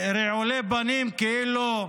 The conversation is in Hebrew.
רעולי פנים, כאילו,